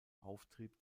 auftrieb